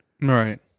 Right